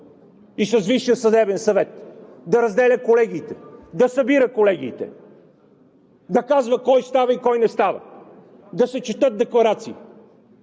и с Висшия съдебен съвет, да разделя колегиите, да събира колегиите, да казва кой става и кой не става, да се четат декларации!